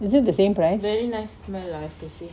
is it the same price